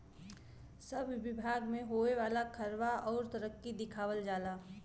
सब बिभाग मे होए वाला खर्वा अउर तरक्की दिखावल जाला